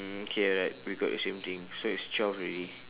mm okay alright we got the same thing so it's twelve already